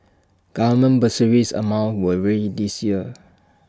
government bursary amounts were raised this year